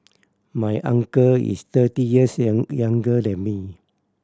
my uncle is thirty years young younger than me